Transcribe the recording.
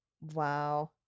wow